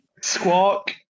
squawk